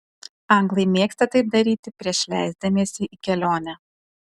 anglai mėgsta taip daryti prieš leisdamiesi į kelionę